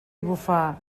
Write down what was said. bufar